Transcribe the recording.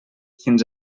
fins